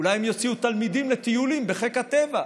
אולי הם יוציאו תלמידים לטיולים בחיק הטבע,